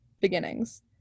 beginnings